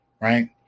right